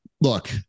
look